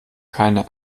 keine